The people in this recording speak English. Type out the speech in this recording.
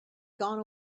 gone